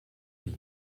lee